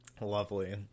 Lovely